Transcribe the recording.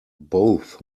both